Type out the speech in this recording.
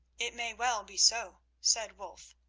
it may well be so, said wulf.